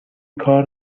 کار